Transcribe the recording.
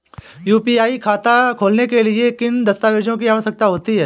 UPI खाता खोलने के लिए किन दस्तावेज़ों की आवश्यकता होती है?